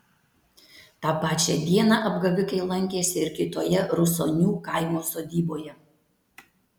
tą pačią dieną apgavikai lankėsi ir kitoje rusonių kaimo sodyboje